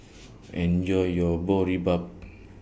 Enjoy your Boribap